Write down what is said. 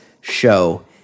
show